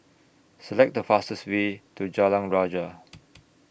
Select The fastest Way to Jalan Rajah